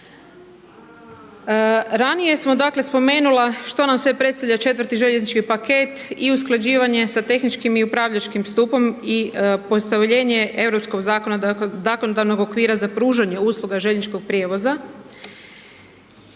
Ranije sam dakle spomenula što nam sve predstavlja 4. željeznički paket i usklađivanje sa tehničkim i upravljačkim stupom i postavljenje europskog zakonodavnog okvira za pružanje usluga željezničkog prijevoza.